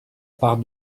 part